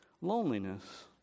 Loneliness